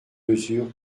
mesure